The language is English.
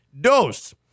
dose